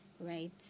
right